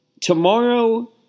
tomorrow